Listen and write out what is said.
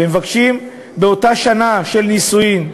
והם מבקשים באותה שנה ראשונה של הנישואים,